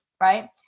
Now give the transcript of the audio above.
right